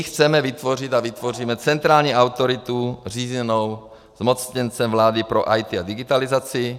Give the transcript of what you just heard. Chceme vytvořit a vytvoříme centrální autoritu řízenou zmocněncem vlády pro IT a digitalizaci.